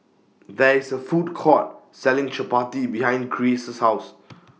There IS A Food Court Selling Chapati behind Grayce's House